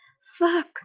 Fuck